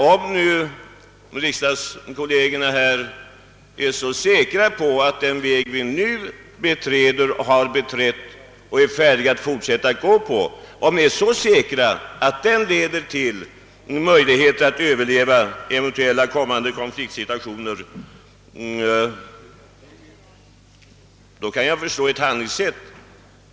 Om riksdagskollegerna är så säkra på att den väg som ni beträder och har beträtt leder till möjligheter för oss att överleva eventuella kommande konfliktsituationer, kan jag förstå ert handlingssätt.